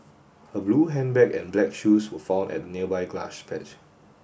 her blue handbag and black shoes were found at a nearby grass patch